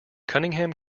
cunningham